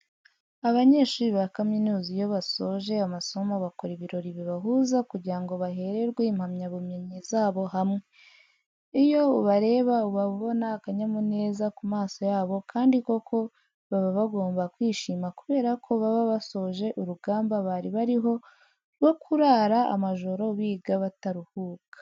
Abanyeshuri ba kaminuza iyo basoje amasomo bakora ibirori bibahuza kugira ngo bahererwe impamyabumenyi zabo hamwe. Iyo ubareba uba ubona akanyamuneza ku maso yabo kandi koko baba bagomba kwishima kubera ko baba basoje urugamba bari bariho rwo kurara amajoro biga bataruhuka.